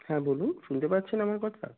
হ্যাঁ বলুন শুনতে পা পাচ্ছেন আমার কথা